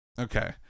Okay